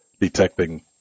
Detecting